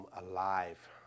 alive